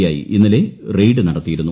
I ഇന്നലെ റെയ്ക്ക് കൂടത്തിയിരുന്നു